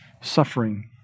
suffering